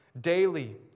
Daily